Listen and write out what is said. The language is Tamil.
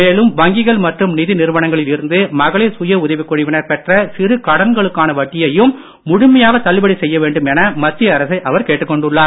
மேலும் வங்கிகள் மற்றும் நிதி நிறுவனங்களில் இருந்து மகளிர் சுய உதவிக்குழுவினர் பெற்ற சிறு கடன்களுக்கான வட்டியையும் முழுமையாக தள்ளுபடி செய்ய வேண்டும் என மத்திய அரசை அவர் கேட்டுக்கொண்டுள்ளார்